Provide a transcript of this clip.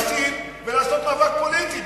לשלם מסים ולעשות מאבק פוליטי.